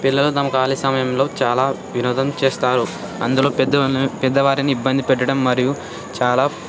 పిల్లలు తమ ఖాళీ సమయంలో చాలా వినోదం చేస్తారు అందులో పెద్ద పెద్ద వారిని ఇబ్బంది పెట్టడం మరియు చాలా